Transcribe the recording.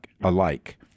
alike